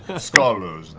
ah scholars,